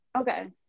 okay